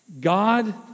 God